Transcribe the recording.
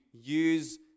use